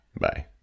Bye